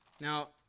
Now